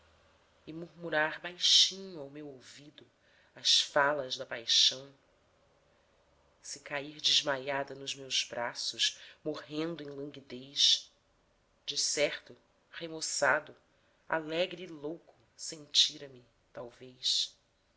murmurar baixinho ao meu ouvido as falas da paixão se cair desmaiada nos meus braços morrendo em languidez de certo remoçado alegre e louco sentira me talvez